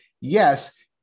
yes